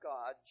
God